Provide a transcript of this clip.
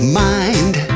mind